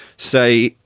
say,